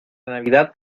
navidad